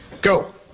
go